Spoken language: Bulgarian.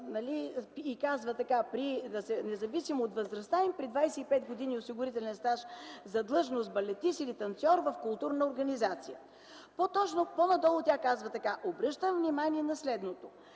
хора така: „Независимо от възрастта им при 25 години осигурителен стаж за длъжност „балетист” или „танцьор в културна организация”, а по-надолу тя казва така: „Обръщам внимание на следното,